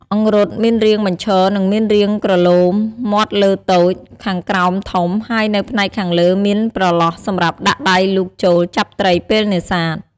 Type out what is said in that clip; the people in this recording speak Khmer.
អង្រុតមានរាងបញ្ឈរនិងមានរាងក្រឡូម មាត់លើតូច ខាងក្រោមធំហើយនៅផ្នែកខាងលើមានប្រឡោះសម្រាប់ដាក់ដៃលូកចូលចាប់ត្រីពេលនេសាទ។